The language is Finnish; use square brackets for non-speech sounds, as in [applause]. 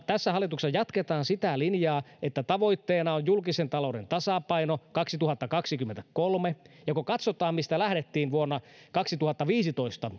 tässä hallituksessa jatketaan sitä linjaa että tavoitteena on julkisen talouden tasapaino kaksituhattakaksikymmentäkolme kun katsotaan mistä sipilän hallitus vuonna kaksituhattaviisitoista [unintelligible]